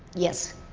yes,